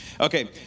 Okay